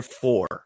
four